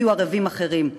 הביאו ערבים אחרים.